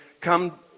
come